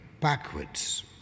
backwards